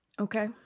Okay